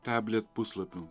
tablet puslapių